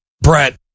Brett